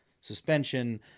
suspension